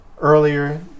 earlier